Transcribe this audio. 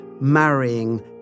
marrying